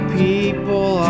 people